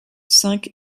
cinq